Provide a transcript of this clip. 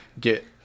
get